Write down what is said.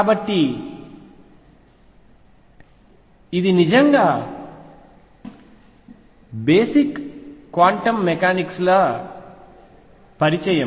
కాబట్టి ఇది నిజంగా బేసిక్ క్వాంటం మెకానిక్స్ ల పరిచయం